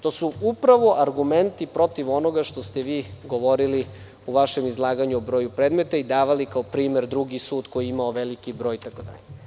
To su upravo argumenti protiv onoga što ste vi govorili u vašem izlaganju o broju predmeta i davali kao primer drugi sud koji je imao veliki broj itd.